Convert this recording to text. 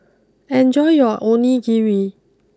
enjoy your Onigiri